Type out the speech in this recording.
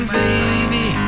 baby